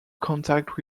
contact